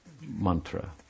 Mantra